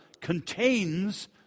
contains